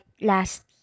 last